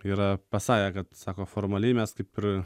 yra pasakę kad sako formaliai mes kaip ir